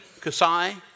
Kasai